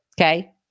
Okay